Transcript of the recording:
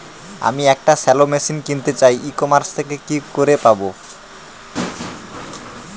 আমি একটি shallow machine কিনতে চাই ই কমার্স থেকে কি করে পাবো?